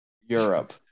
Europe